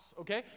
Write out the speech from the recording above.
okay